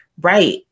right